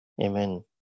Amen